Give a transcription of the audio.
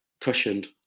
cushioned